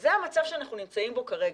וזה המצב שאנחנו נמצאים בו כרגע.